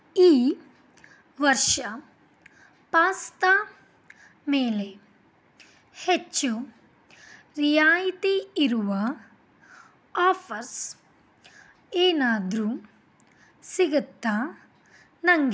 ಈ ವರ್ಷ ಪಾಸ್ತಾ ಮೇಲೆ ಹೆಚ್ಚು ರಿಯಾಯಿತಿಯಿರುವ ಆಫರ್ಸ್ ಏನಾದರೂ ಸಿಗತ್ತಾ ನನಗೆ